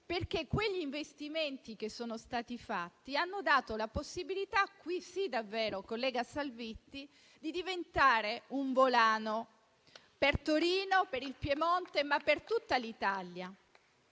perché quegli investimenti hanno dato la possibilità - lì sì davvero, collega Salvitti - di diventare un volano per Torino, per il Piemonte e per tutta l'Italia.